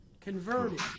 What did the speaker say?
converted